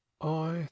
I